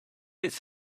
its